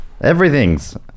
everything's